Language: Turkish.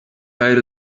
ayrı